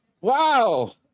Wow